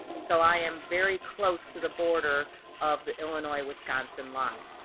so i am very close to the border of the illinois-wisconsin line.